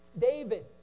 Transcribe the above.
David